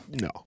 No